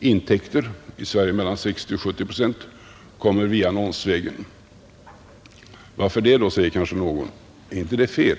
intäkter — i Sverige mellan 60 och 70 procent — kommer via annonserna. Varför är det så? frågar kanske någon. Är inte det fel?